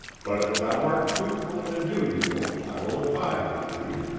but if thou art truthful and dutiful i will abide with thee.